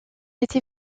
été